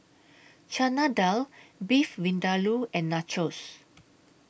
Chana Dal Beef Vindaloo and Nachos